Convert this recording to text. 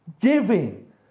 giving